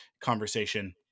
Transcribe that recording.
conversation